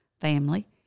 family